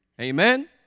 Amen